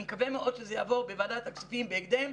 אני מקווה מאוד שזה יעבור בוועדת הכספים בהקדם,